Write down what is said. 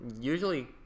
Usually